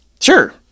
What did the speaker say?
Sure